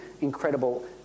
incredible